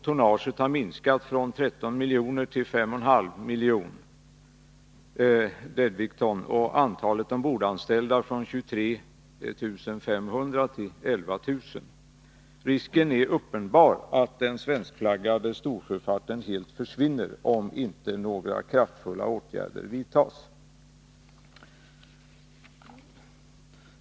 Tonnaget har minskat från 13 miljoner till 5,5 miljoner dödviktton och antalet ombordanställda från 23 500 till 11 000. En uppenbar risk föreligger för att den svenskflaggade storsjöfarten helt försvinner, om inte kraftfulla åtgärder vidtas.